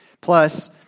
Plus